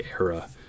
era